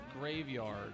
Graveyard